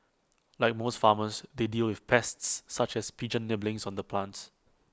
like most farmers they deal with pests such as pigeons nibbling on the plants